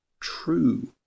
true